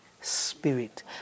Spirit